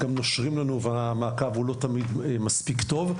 גם נושרים לנו והמעקב הוא לא תמיד מספיק טוב.